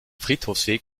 friedhofsweg